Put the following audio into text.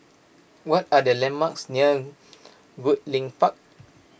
what are the landmarks near Goodlink Park